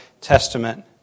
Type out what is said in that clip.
Testament